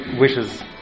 wishes